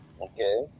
Okay